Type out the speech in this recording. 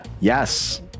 Yes